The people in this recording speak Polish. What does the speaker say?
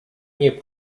nie